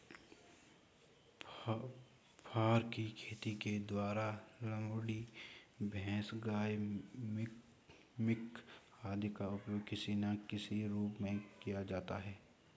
फर की खेती के द्वारा लोमड़ी, भैंस, गाय, मिंक आदि का उपयोग किसी ना किसी रूप में किया जाता है